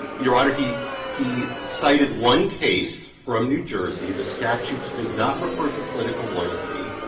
your honor, he he cited one case from new jersey. the statute does not refer to political loyalty.